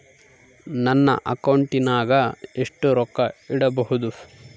ನನ್ನ ಅಕೌಂಟಿನಾಗ ಎಷ್ಟು ರೊಕ್ಕ ಇಡಬಹುದು?